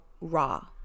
raw